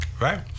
right